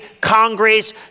Congress